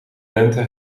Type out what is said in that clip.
lente